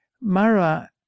Mara